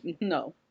no